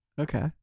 Okay